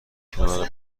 کنار